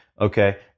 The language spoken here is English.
okay